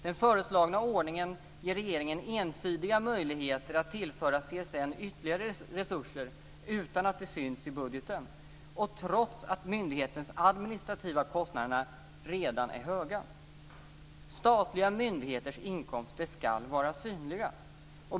Den föreslagna ordningen ger regeringen ensidiga möjligheter att tillföra CSN ytterligare resurser utan att det syns i budgeten och trots att myndighetens administrativa kostnader redan är höga. Statliga myndigheters inkomster ska vara synliga.